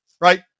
right